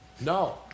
No